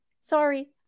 sorry